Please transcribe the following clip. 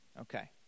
Okay